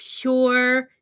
pure